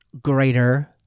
greater